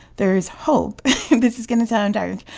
there's hope this is going to sound dark.